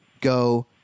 go